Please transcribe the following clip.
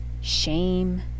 shame